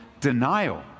denial